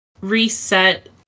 reset